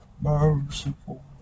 merciful